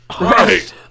Right